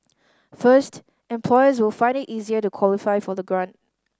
first employers will find it easier to qualify for the grant